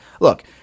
look